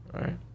Right